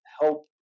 help